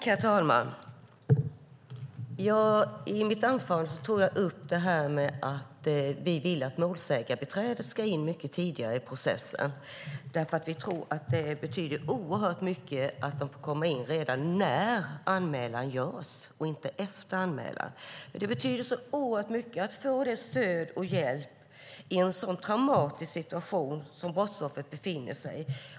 Herr talman! I mitt anförande tog jag upp att vi vill att målsägandebiträdet ska in mycket tidigare i processen. Vi tror att det betyder oerhört mycket att de får komma in redan när anmälan görs och inte efter anmälan. Det betyder oerhört mycket att få stöd och hjälp i en sådan traumatisk situation som brottsoffret befinner sig i.